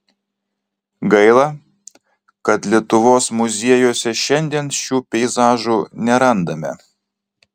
gaila kad lietuvos muziejuose šiandien šių peizažų nerandame